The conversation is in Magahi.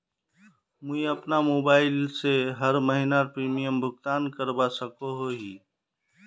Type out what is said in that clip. मुई अपना मोबाईल से हर महीनार प्रीमियम भुगतान करवा सकोहो ही?